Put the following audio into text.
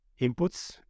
inputs